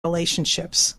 relationships